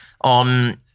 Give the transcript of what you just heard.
on